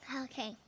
Okay